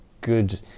good